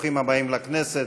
ברוכים הבאים לכנסת.